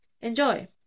Enjoy